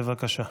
בבקשה.